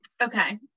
Okay